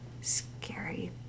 scary